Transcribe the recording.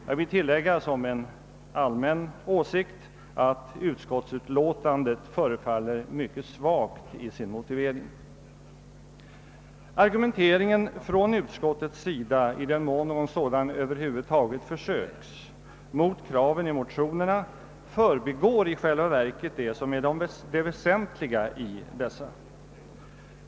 Jag vill som en allmän åsikt tillägga att utskottsutlåtandet förefaller mycket svagt i sin motivering. Utskottets argumentering — i den mån någon sådan över huvud taget försöks — mot kraven i motionerna förbigår i själva verket det som är det väsentliga i dessa.